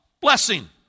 Blessing